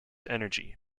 energy